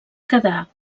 quedar